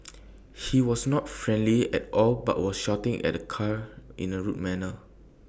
he was not friendly at all but was shouting at the cars in A rude manner